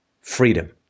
freedom